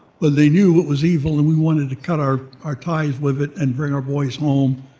but they knew it was evil and we wanted to cut our our ties with it and bring our boys home,